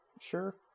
Sure